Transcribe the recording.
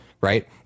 right